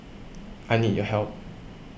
I need your help